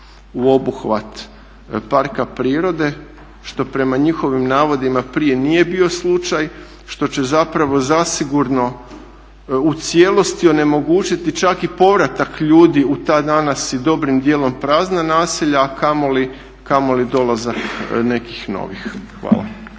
u obuhvat parka prirode što prema njihovim navodima prije nije bio slučaj, što će zapravo zasigurno u cijelosti onemogućiti čak i povratak ljudi u ta danas i dobrim dijelom prazna naselja a kamoli dolazak nekih novih.